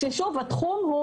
כששוב התחום,